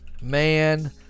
Man